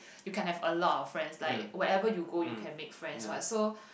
you can have a lot of friends like wherever you go you can make friends what so